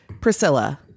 priscilla